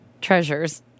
treasures